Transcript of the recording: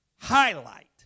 highlight